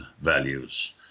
values